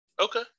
Okay